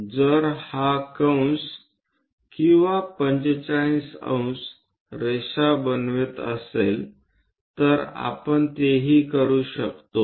जर हा कंस किंवा 45° रेषां बनवित असेल तर आपण तेही करू शकतो